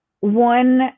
one